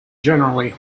generally